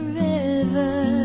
river